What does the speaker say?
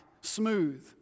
smooth